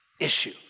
issue